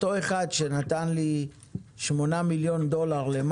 אותו אחד שנתן לי שמונה מיליון דולר ל-